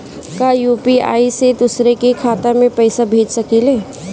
का यू.पी.आई से दूसरे के खाते में पैसा भेज सकी ले?